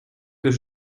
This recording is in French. que